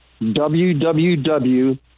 www